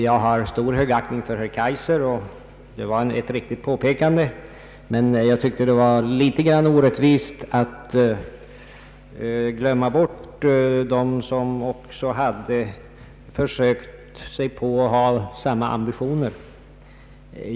Jag har stor högaktning för herr Kaijser, och det var ett riktigt påpekande. Men jag tycker det var litet orättvist att glömma bort dem som försökt ha samma höga ambitioner.